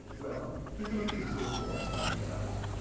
well, take a look at this little drawing by michelangelo,